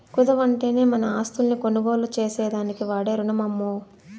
కుదవంటేనే మన ఆస్తుల్ని కొనుగోలు చేసేదానికి వాడే రునమమ్మో